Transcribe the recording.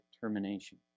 termination